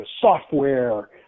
software